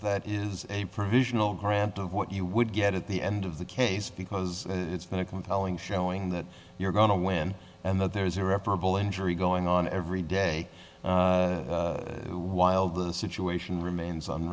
that is a provisional grant of what you would get at the end of the case because it's very compelling showing that you're going to win and that there is irreparable injury going on every day while the situation remains on